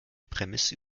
prämisse